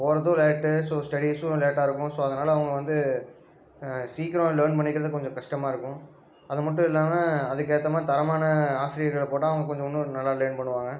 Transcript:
போகிறதும் late so ஸ்டெடீஸும் லேட்டாக இருக்கும் ஸோ அதனால அவங்க வந்து சீக்கிரம் லேர்ன் பண்ணிக்கிறது கொஞ்சம் கஷ்டமாக இருக்கும் அது மட்டும் இல்லாமல் அதுக்கு ஏற்ற மாதிரி தரமான ஆசிரியர்களை போட்டால் அவங்கள் கொஞ்சம் இன்னும் நல்லா லேர்ன் பண்ணுவாங்க